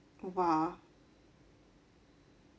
!wah!